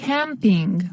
Camping